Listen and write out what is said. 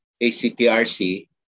ACTRC